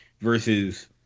versus